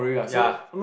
ya